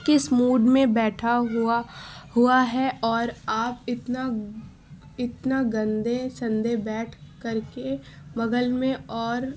کس موڈ میں بیٹھا ہوا ہوا ہے اور آپ اتنا اتنا گندے سندے بیٹھ کر کے بغل میں اور